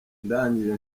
ndangije